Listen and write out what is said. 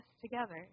together